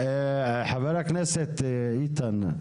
חבר הכנסת איתן,